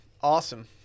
Awesome